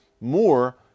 more